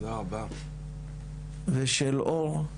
ושל אור,